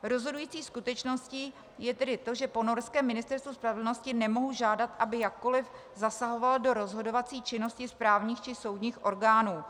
Rozhodující skutečností je tedy to, že po norském Ministerstvu spravedlnosti nemohu žádat, aby jakkoli zasahovalo do rozhodovací činnosti správních či soudních orgánů.